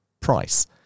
price